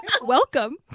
Welcome